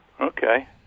Okay